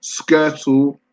Skirtle